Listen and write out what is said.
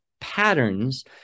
patterns